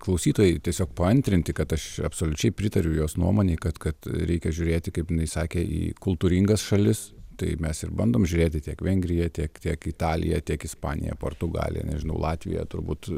klausytojai tiesiog paantrinti kad aš absoliučiai pritariu jos nuomonei kad kad reikia žiūrėti kaip jinai sakė į kultūringas šalis tai mes ir bandom žiūrėti tiek vengrija tiek tiek italija tiek ispanija portugalija nežinau latvija turbūt